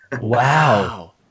Wow